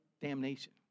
damnation